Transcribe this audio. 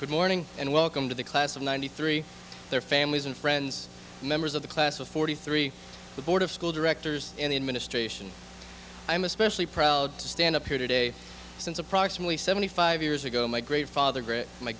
good morning and welcome to the class of ninety three their families and friends members of the class of forty three the board of directors and the administration i'm especially proud to stand up here today since approximately seventy five years ago my great father